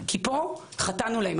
כי פה חטאנו להם.